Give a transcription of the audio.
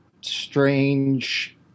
strange